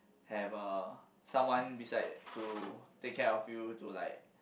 have a someone beside to take care of you to like